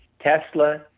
Tesla